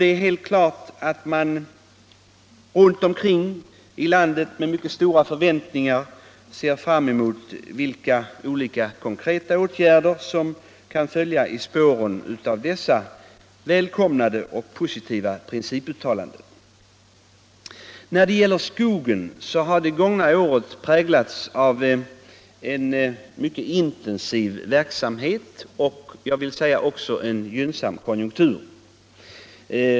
Det är helt klart att man runt omkring i landet med mycket stora förväntningar ser fram emot de olika konkreta åtgärder som kan följa i spåren av dessa välkomnade positiva principuttalanden. När det gäller skogen har det gångna året präglats av en mycket intensiv verksamhet och en gynnsam konjunktur.